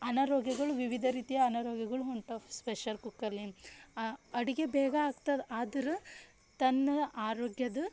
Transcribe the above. ಅನಾರೋಗ್ಯಗಳು ವಿವಿಧ ರೀತಿಯ ಅನಾರೋಗ್ಯಗಳು ಉಂಟಾಗಿ ಸ್ಪೆಷರ್ ಕುಕ್ಕರಲ್ಲಿ ಅಡಿಗೆ ಬೇಗ ಆಗ್ತದೆ ಆದ್ರೆ ತನ್ನ ಆರೋಗ್ಯದ